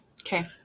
Okay